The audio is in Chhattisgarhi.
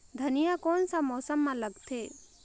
धनिया कोन सा मौसम मां लगथे?